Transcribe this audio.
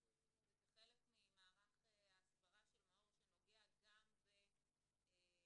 וזה חלק ממערך ההסברה של מאו"ר שנוגע גם בפוסטים,